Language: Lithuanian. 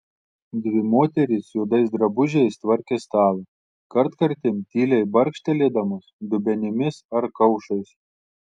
dvi moterys juodais drabužiais tvarkė stalą kartkartėm tyliai barkštelėdamos dubenimis ar kaušais